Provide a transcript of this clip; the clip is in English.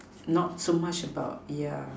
not so much about yeah